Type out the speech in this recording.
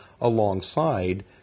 alongside